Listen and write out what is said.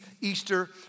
Easter